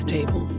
Table